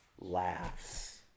laughs